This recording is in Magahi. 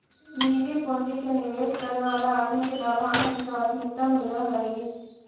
निजी पूंजी के निवेश करे वाला आदमी के लाभांश में प्राथमिकता मिलऽ हई